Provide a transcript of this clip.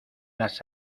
las